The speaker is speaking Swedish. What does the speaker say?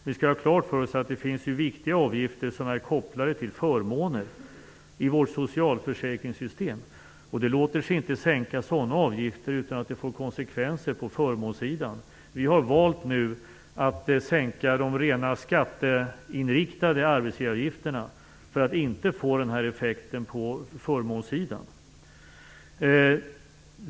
Vi skall ha klart för oss att det finns viktiga avgifter som är kopplade till förmåner i vårt socialförsäkringssystem. Sådana avgifter låter sig inte sänkas utan att det blir konsekvenser på förmånssidan. Vi har nu valt att sänka de rent skatteinriktade arbetsgivaravgifterna för att inte få nämnda effekt på förmånssidan.